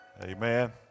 Amen